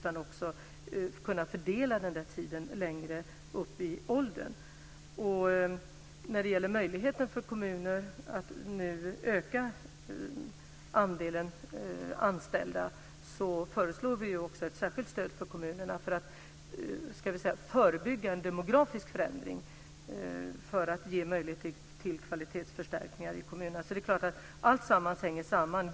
De ska kunna fördela tiden och använda den också när barnet är äldre. När det gäller möjligheten för kommuner att öka andelen anställda föreslår vi ett särskilt stöd för att förebygga en demografisk förändring och ge möjlighet till kvalitetsförstärkningar i kommunerna. Allt hänger samman.